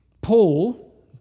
Paul